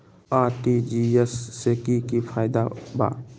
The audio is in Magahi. आर.टी.जी.एस से की की फायदा बा?